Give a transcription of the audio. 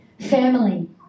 Family